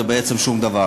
זה בעצם שום דבר.